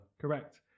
Correct